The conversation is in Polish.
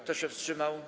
Kto się wstrzymał?